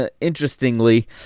interestingly